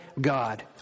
God